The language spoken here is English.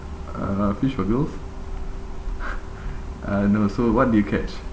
uh fish for girls uh no so what do you catch